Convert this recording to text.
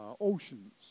oceans